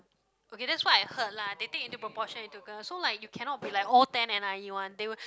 okay that's what I heard lah they take into proportion into account so you cannot be like all ten n_i_e one they will